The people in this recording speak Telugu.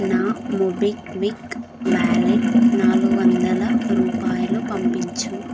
నా మోబిక్విక్ వ్యాలెట్ నాలుగు వందల రూపాయలు పంపించు